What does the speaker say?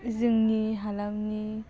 जोंनि हालामनि